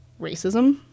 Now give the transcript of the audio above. racism